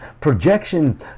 Projection